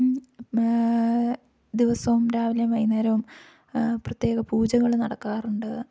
ദിവസവും രാവിലേയും വൈകുന്നേരവും പ്രത്യേക പൂജകള് നടക്കാറുണ്ട്